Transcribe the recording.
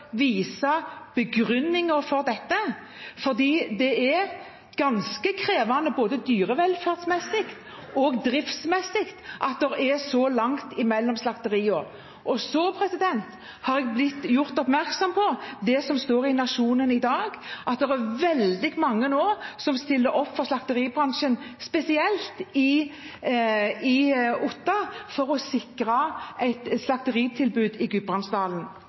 for dette, for det er ganske krevende både dyrevelferdsmessig og driftsmessig at det er så langt mellom slakteriene. Jeg har blitt gjort oppmerksom på det som står i Nationen i dag – at det er veldig mange som nå stiller opp for slakteribransjen spesielt på Otta, for å sikre et slakteritilbud i